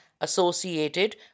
associated